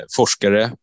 forskare